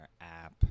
app